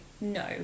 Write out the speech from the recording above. no